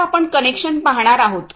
आता आपण कनेक्शन पाहणार आहोत